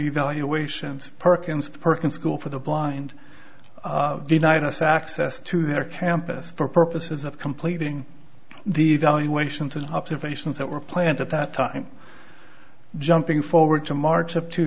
evaluations perkins perkins school for the blind denied us access to their campus for purposes of completing the evaluations of observations that were planned at that time jumping forward to march of two